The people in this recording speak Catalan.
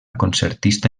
concertista